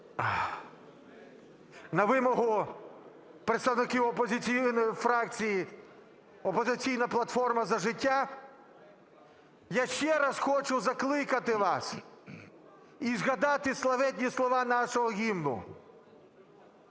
На вимогу представників опозиційної фракції "Опозиційна платформа – За життя" я ще раз хочу закликати вас і згадати славетні слова нашого Гімну,